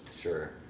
Sure